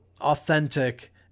authentic